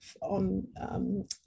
on